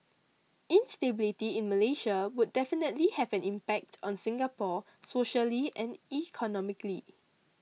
instability in Malaysia would definitely have an impact on Singapore socially and economically